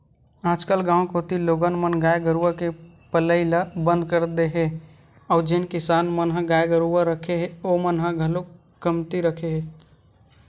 आजकल गाँव कोती लोगन मन गाय गरुवा के पलई ल बंद कर दे हे अउ जेन किसान मन ह गाय गरुवा रखे हे ओमन ह घलोक कमती रखे हे